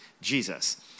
Jesus